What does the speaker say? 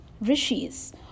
rishis